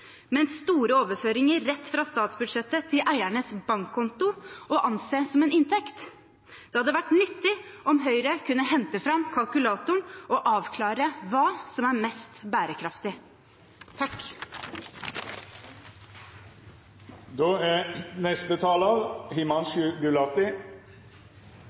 store overføringer rett fra statsbudsjettet til eiernes bankkonto å anse som en inntekt? Det hadde vært nyttig om Høyre kunne hente fram kalkulatoren og avklare hva som er mest bærekraftig. Forandring er